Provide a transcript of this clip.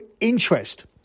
interest